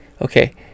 okay